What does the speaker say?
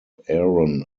aaron